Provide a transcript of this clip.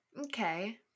Okay